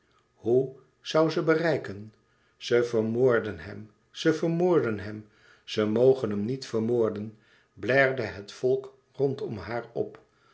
hoe zoû ze bereiken ze vermoorden hem ze vermoorden hem ze mgen hem niet vermoorden blèrde het volk rondom haar op